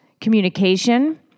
communication